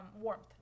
warmth